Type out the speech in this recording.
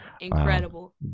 incredible